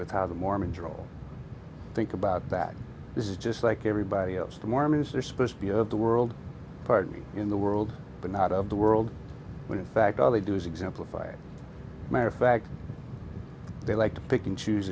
with how the mormons think about that this is just like everybody else the mormons are supposed to be of the world pardon me in the world but not of the world when in fact all they do is exemplify a matter of fact they like to pick and choose